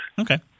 Okay